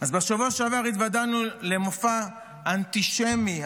אז בשבוע שעבר התוועדנו למופע אנטישמי,